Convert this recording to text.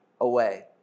away